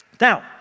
Now